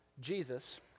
Jesus